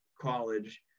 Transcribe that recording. college